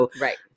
Right